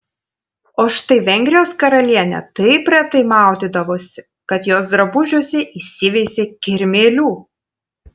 o štai vengrijos karalienė taip retai maudydavosi kad jos drabužiuose įsiveisė kirmėlių